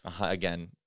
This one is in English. again